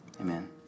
Amen